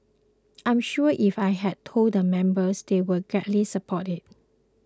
I'm sure if I had told the members they would gladly support it